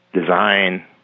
design